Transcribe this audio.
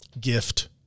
gift